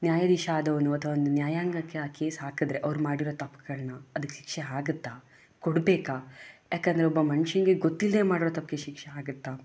ನ್ಯಾಯಾಧೀಶ ಆದವನು ಅಥವಾ ಒಂದು ನ್ಯಾಯಾಂಗಕ್ಕೆ ಆ ಕೇಸ್ ಹಾಕಿದ್ರೆ ಅವರು ಮಾಡಿರೋ ತಪ್ಪುಗಳನ್ನ ಅದಕ್ಕೆ ಶಿಕ್ಷೆ ಆಗುತ್ತಾ ಕೊಡಬೇಕಾ ಯಾಕೆಂದರೆ ಒಬ್ಬ ಮನುಷ್ಯನಿಗೆ ಗೊತ್ತಿಲ್ಲದೇ ಮಾಡಿರೋ ತಪ್ಪಿಗೆ ಶಿಕ್ಷೆ ಆಗುತ್ತಾ